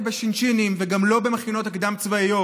בשינשינים וגם לא במכינות הקדם-צבאיות,